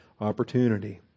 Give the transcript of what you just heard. opportunity